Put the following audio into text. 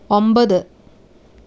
ഒമ്പത്